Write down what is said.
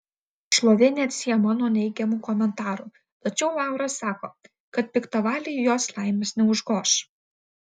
šlovė neatsiejama nuo neigiamų komentarų tačiau laura sako kad piktavaliai jos laimės neužgoš